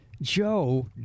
Joe